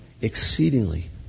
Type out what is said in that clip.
exceedingly